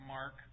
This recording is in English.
Mark